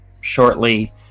shortly